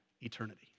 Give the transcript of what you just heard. eternity